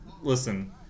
listen